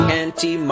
anti